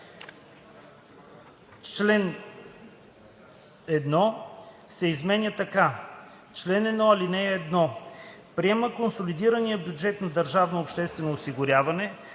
Член 1 се изменя така: „Чл. 1. (1) Приема консолидирания бюджет на държавното обществено осигуряване